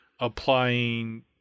applying